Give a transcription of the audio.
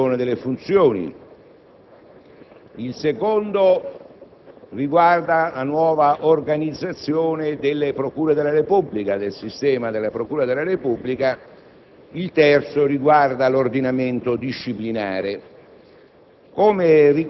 il secondo riguarda la nuova organizzazione del sistema delle procure della Repubblica; il terzo concerne l'ordinamento disciplinare.